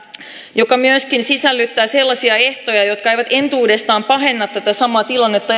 joka myöskin sisältää sellaisia ehtoja jotka eivät entuudestaan pahenna tätä samaa tilannetta